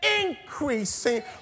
increasing